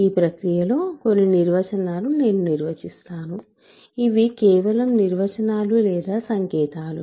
ఈ ప్రక్రియలో కొన్ని నిర్వచనాలు నేను నిర్వచిస్తాను ఇవి కేవలం నిర్వచనాలు లేదా సంకేతాలు